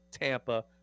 Tampa